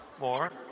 More